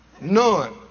None